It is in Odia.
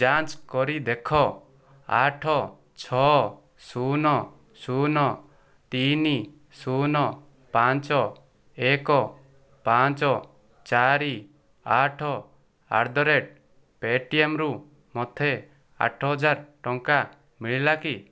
ଯାଞ୍ଚ କରି ଦେଖ ଆଠ ଛଅ ଶୂନ ଶୂନ ତିନି ଶୂନ ପାଞ୍ଚ ଏକ ପାଞ୍ଚ ଚାରି ଆଠ ଆଟ୍ ଦ ରେଟ୍ ପେଟିଏମ୍ରୁ ମୋତେ ଆଠ ହଜାର ଟଙ୍କା ମିଳିଲା କି